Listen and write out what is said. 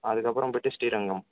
அதுக்கப்புறம் போயிவிட்டு ஸ்ரீரங்கம்